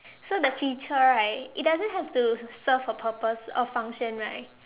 so the feature right it doesn't have to serve a purpose a function right